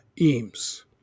Eames